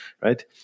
right